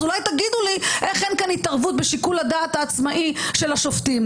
אז אולי תגידו לי: איך אין כאן התערבות בשיקול הדעת העצמאי של השופטים?